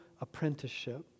apprenticeship